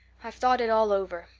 i've thought it all over.